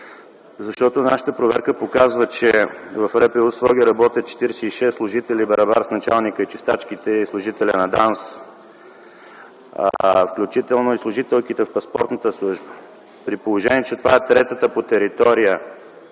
с това. Нашата проверка показва, че в РПУ – Своге, работят 46 служители, барабар с началника, чистачките, служителят на ДАНС, включително и служителките в Паспортната служба. При положение, че това е третата по големина